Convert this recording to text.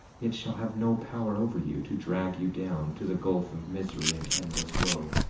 it shall have no power over you to drag you down to the gulf of misery and endless wo,